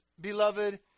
beloved